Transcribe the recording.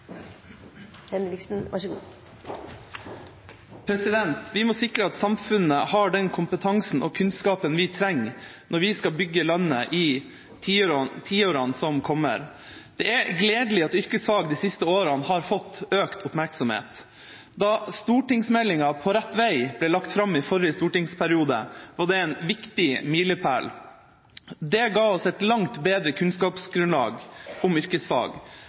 kunnskapen vi trenger når vi skal bygge landet i tiårene som kommer. Det er gledelig at yrkesfag de siste årene har fått økt oppmerksomhet. Da stortingsmeldinga På rett vei ble lagt fram i forrige stortingsperiode, var det en viktig milepæl. Den ga oss et langt bedre kunnskapsgrunnlag om yrkesfag,